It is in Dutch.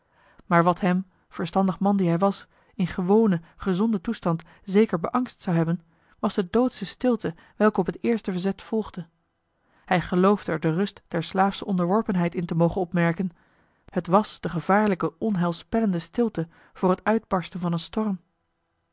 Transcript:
maar wat hem verstandig man die hij was in gewonen gezonden toestand zeker beangst zou hebben was de doodsche stilte welke op het eerste verzet volgde hij geloofde er de rust der slaafsche onderworpenheid in te mogen opmerken het was de gevaarlijke onheilspellende stilte voor het uitbarsten van een storm